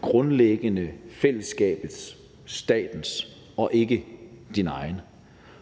grundlæggende er fællesskabets, statens og ikke dine egne,